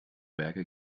werke